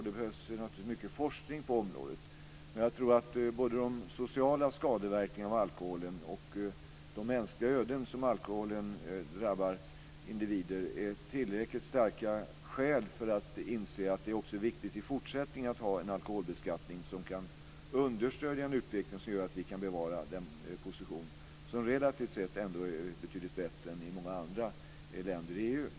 Det behövs naturligtvis också mycket forskning på området. Jag tror att de sociala skadeverkningarna av alkoholen och de mänskliga öden som alkoholen orsakar individer är tillräckligt starka skäl för att man ska inse att det också i fortsättningen är viktigt att ha en alkoholbeskattning som kan understödja en utveckling som gör att vi kan bevara den position som relativt sett ändå är betydligt bättre än i många andra länder i EU.